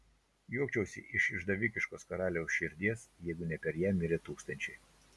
juokčiausi iš išdavikiškos karaliaus širdies jeigu ne per ją mirę tūkstančiai